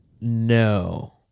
No